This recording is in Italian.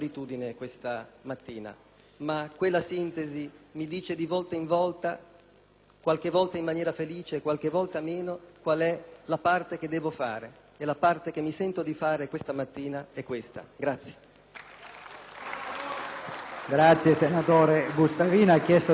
qualche volta in maniera felice, qualche volta meno - qual è la parte che devo fare e la parte che mi sento di fare questa mattina è questa.